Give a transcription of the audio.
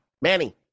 Manny